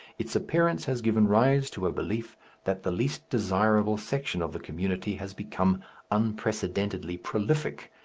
its appearance has given rise to a belief that the least desirable section of the community has become unprecedentedly prolific,